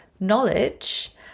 knowledge